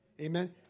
Amen